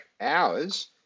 hours